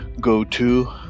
go-to